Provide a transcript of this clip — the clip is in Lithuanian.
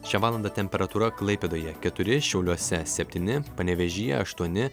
šią valandą temperatūra klaipėdoje keturi šiauliuose septyni panevėžyje aštuoni